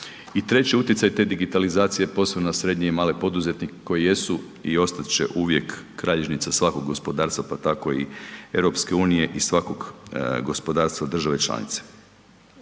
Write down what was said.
I treći utjecaj te digitalizacije posebno na srednje i male poduzetnike koji jesu i ostati će uvijek kralježnica svakog gospodarstva pa tako i EU i svakog gospodarstva države članice.